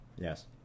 Yes